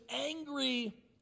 angry